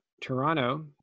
Toronto